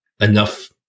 enough